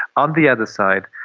on the other side,